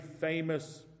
famous